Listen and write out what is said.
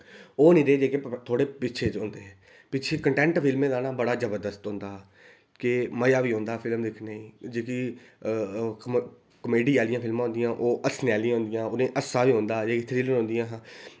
ओह् निं रेह् जेह्के थोह्ड़े पिच्छे होंदे हे पिच्छें कन्टैंट फिल्में दा ना बड़ा जबरदस्त होंदा हा के मजा बी औंदा हा फिल्म दिक्खने जेह्की कमेडी आह्लियां फिल्मां होंदियां ओह् हस्सने आह्लियां होंदियां उ'नें हस्सा बी औंदा हा